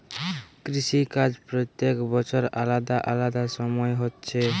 কৃষি কাজ প্রত্যেক বছর আলাদা আলাদা সময় হচ্ছে